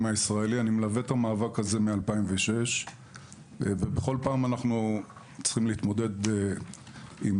את המאבק הזה מ-2006 ובכל פעם אנו צריכים להתמודד עם